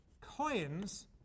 coins